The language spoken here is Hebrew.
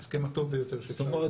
ההסכם הטוב ביותר שאפשר --- זאת אומרת,